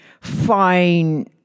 fine